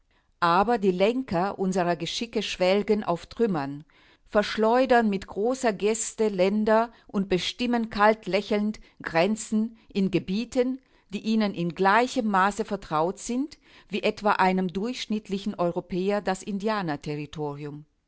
aber die lenker unserer geschicke schwelgen auf trümmern verschleudern mit großer geste länder und bestimmen kaltlächelnd grenzen in gebieten die ihnen in gleichem maße vertraut sind wie etwa einem durchschnittlichen europäer das